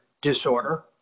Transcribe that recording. disorder